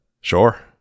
Sure